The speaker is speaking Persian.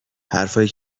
حرفهایی